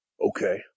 okay